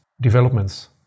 developments